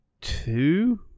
two